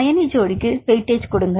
அயனி ஜோடிக்கு வெயிட்டேஜ் கொடுங்கள்